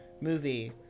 Movie